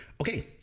okay